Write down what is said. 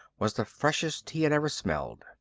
was the freshest he had ever smelled.